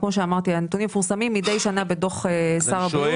כמו שאמרתי הנתונים מפורסמים מדי שנה בדוח שר הבריאות.